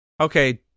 okay